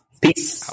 Peace